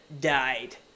died